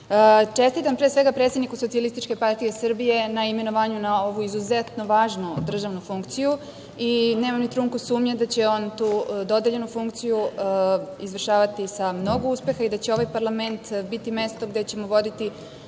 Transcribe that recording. pre svega predsedniku SPS na imenovanju na ovu izuzetno važnu državnu funkciju i nemam ni trunku sumnje da će on tu dodeljenu funkciju izvršavati sa mnogo uspeha i da će ovaj parlament biti mesto gde ćemo voditi